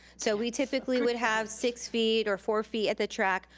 so we typically would have six feet or four feet at the track.